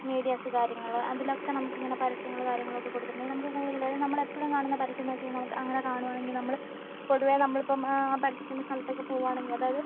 medias കാര്യങ്ങൾ അതിലൊക്കെ നമുക്കിങ്ങനെ പരസ്യങ്ങൾ കാര്യങ്ങളൊക്കെ കൊടുത്തിട്ടുണ്ടെങ്കിൽ നമുക്കു കൂടുതൽ അതായത് നമ്മൾ എപ്പോഴും കാണുന്ന പരസ്യം എന്നു വെച്ച് നമുക്ക് അങ്ങനെ കാണുവാണെങ്കിൽ നമ്മൾ പൊതുവേ നമ്മളിപ്പോൾ പരസ്യത്തിൻ്റെ സ്ഥലത്തൊക്കെ പോവാണെങ്കിൽ അതായത്